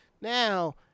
now